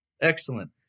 Excellent